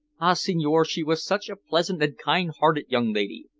ah, signore, she was such a pleasant and kind-hearted young lady.